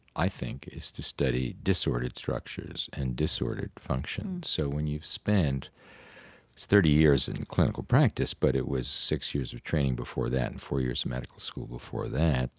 i think, is to study disordered structures and disordered functions. so when you've spent thirty years in clinical practice but it was six years of training before that and four years of medical school before that